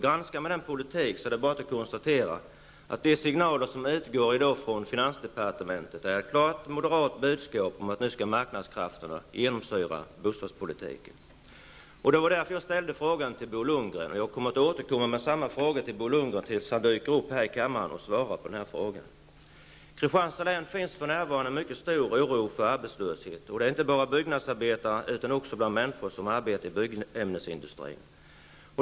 Granskar man den politiken är det bara att konstatera att de signaler som i dag utgår från finansdepartementet är ett klart moderat budskap om att marknadskrafterna nu skall genomsyra bostadspolitiken. Det var därför jag ställde frågan till Bo Lundgren. Jag kommer att återkomma med samma fråga till Bo Lundgren tills han dyker upp här i kammaren och svarar på den. I Kristianstads län finns för närvarande en mycket stor oro för arbetslöshet, och det inte bara bland byggnadsarbetare utan också bland människor som arbetar i byggämnesindustrin.